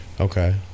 Okay